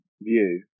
view